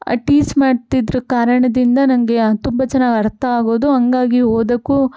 ಆ ಟೀಚ್ ಮಾಡ್ತಿದ್ರ ಕಾರಣದಿಂದ ನನಗೆ ತುಂಬ ಚೆನ್ನಾಗಿ ಅರ್ಥ ಆಗೋದು ಹಂಗಾಗಿ ಓದಕ್ಕೂ